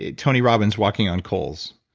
ah tony robbins walking on coals,